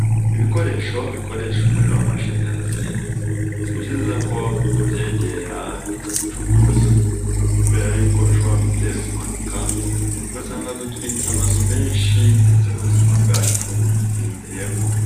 Ibikoresho bikoresha umuriro w'amashanyarazi si byiza ko tubyegera tukabicokoza, kubera yuko bishobora guteza impanuka ugasanga dutwitse amazu menshi ndetse n'ubuzima bwacu bubigendeyemo.